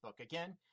Again